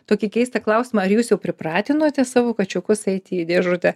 tokį keistą klausimą ar jūs jau pripratinote savo kačiukus eiti į dėžutę